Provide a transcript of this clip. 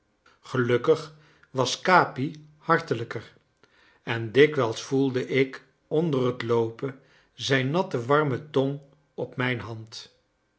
gelukkig was capi hartelijker en dikwijls voelde ik onder het loopen zijn natte warme tong op mijn hand